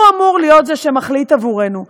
הוא אמור להיות זה שמחליט עבורנו.